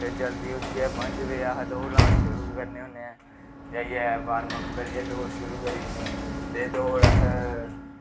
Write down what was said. ते जल्दी उट्ठियै पंज बज़े अस दौड़ लान शुरु करनें होनें ऐं जाईयै बार्मअप करियै दौड़ शुरु करी ओड़नें ते दौड़ अस